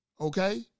okay